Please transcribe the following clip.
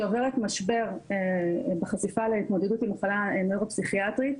שעוברת משבר בחשיפה להתמודדות עם מחלה נוירו-פסיכיאטרית,